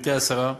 גברתי השרה,